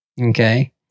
okay